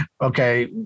okay